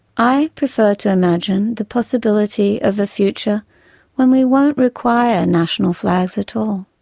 i prefer to imagine the possibility of a future when we won't require national flags at all.